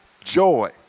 joy